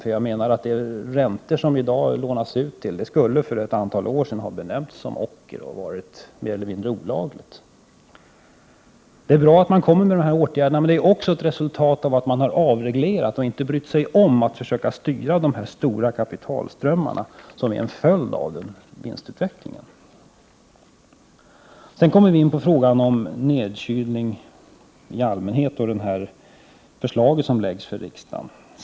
De räntor till vilka det i dag lånas ut skulle för ett antal år sedan ha benämnts ockerräntor och varit mer eller mindre olagliga. Det är bra att man kommer med de här åtgärderna. Men de är också ett resultat av att man har avreglerat och inte brytt sig om att försöka styra de stora kapitalströmmar som är en följd av vinstutvecklingen. Så kommer vi in på frågan om nedkylning i allmänhet och det förslag som läggs fram för riksdagen.